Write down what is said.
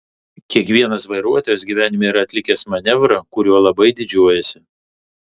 kiekvienas vairuotojas gyvenime yra atlikęs manevrą kuriuo labai didžiuojasi